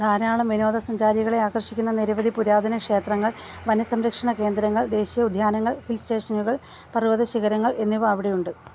ധാരാളം വിനോദസഞ്ചാരികളെ ആകർഷിക്കുന്ന നിരവധി പുരാതന ക്ഷേത്രങ്ങൾ വന സംരക്ഷണ കേന്ദ്രങ്ങൾ ദേശീയ ഉദ്യാനങ്ങൾ ഹിൽ സ്റ്റേഷനുകൾ പർവതശിഖരങ്ങൾ എന്നിവ അവിടെയുണ്ട്